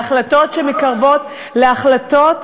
להחלטות שמקרבות, להחלטות